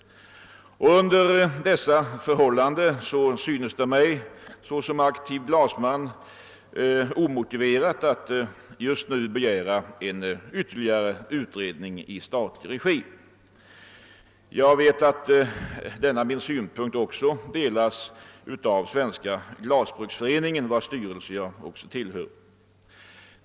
Under dessa förhållanden synes det mig såsom aktiv glasman omotiverat att begära en ytterligare utredning i statlig regi. Jag vet att denna min synpunkt delas av Svenska glasbruksföreningen, vars styrelse jag också tillhör.